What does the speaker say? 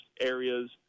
areas